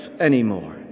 anymore